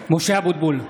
משה אבוטבול,